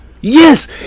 Yes